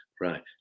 right